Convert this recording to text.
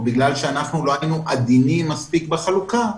או בגלל שלא היינו עדינים מספיק בחלוקה,